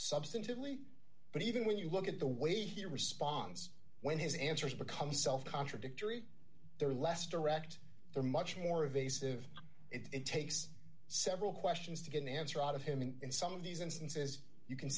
substantively but even when you look at the way he responds when his answers become self contradictory they're less direct they're much more evasive it takes several questions to get an answer out of him and some of these instances you can